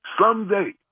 Someday